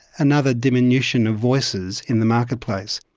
another diminution of voices in the marketplace.